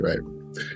right